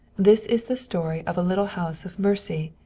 this is the story of a little house of mercy,